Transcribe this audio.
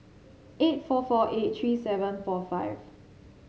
eight four four eight three seven four five